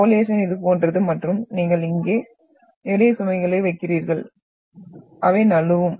பாலியேசன் இது போன்றது மற்றும் நீங்கள் இங்கே நிறைய சுமைகளை வைக்கிறீர்கள் அவை நழுவும்